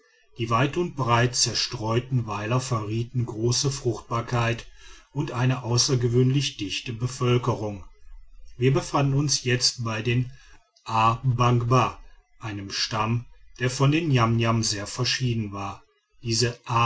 die weit und breit zerstreuten weiler verrieten große fruchtbarkeit und eine außergewöhnlich dichte bevölkerung wir befanden uns jetzt bei den a bangba einem stamm der von den niamniam sehr verschieden war diese